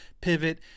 pivot